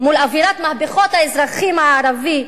מול אווירת מהפכות האזרחים הערבית,